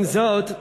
עם זאת,